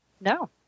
No